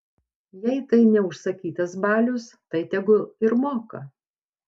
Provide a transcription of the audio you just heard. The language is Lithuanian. jei tai ne užsakytas balius tai tegu ir moka